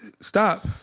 Stop